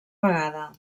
vegada